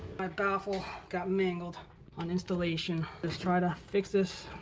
my baffle got mangled on installation. let's try to fix this.